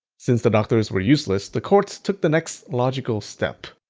since the doctors were useless, the court took the next logical step,